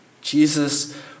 Jesus